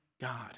God